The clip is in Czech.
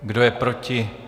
Kdo je proti?